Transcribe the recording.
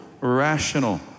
rational